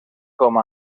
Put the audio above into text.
com